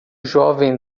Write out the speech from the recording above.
jovem